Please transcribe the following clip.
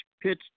pitch